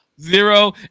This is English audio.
Zero